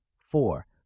four